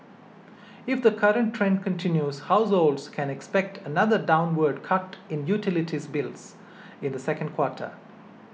if the current trend continues households can expect another downward cut in utilities bills in the second quarter